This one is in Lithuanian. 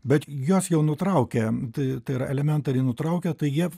bet juos jau nutraukė tai yra elementari nutraukė tai jie